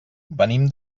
venim